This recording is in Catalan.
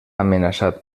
amenaçat